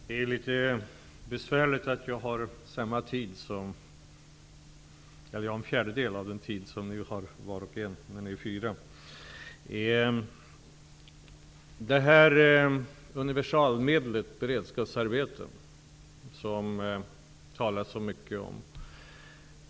Herr talman! Det är litet besvärligt att jag har en fjärdedel av den tid som ni har för att bemöta var och en av er, när ni är fyra. Beredskapsarbeten talas det mycket om som ett universalmedel.